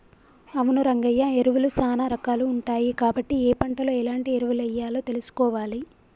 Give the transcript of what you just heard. అవును రంగయ్య ఎరువులు సానా రాకాలు ఉంటాయి కాబట్టి ఏ పంటలో ఎలాంటి ఎరువులెయ్యాలో తెలుసుకోవాలి